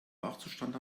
wachzustand